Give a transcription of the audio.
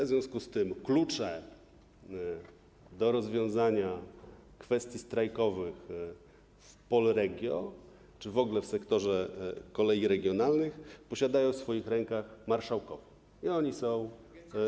W związku z tym klucze do rozwiązania kwestii strajkowych w Polregio czy w ogóle w sektorze kolei regionalnych mają w swoich rękach marszałkowie i to oni są.